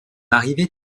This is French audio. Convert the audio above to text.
arrivée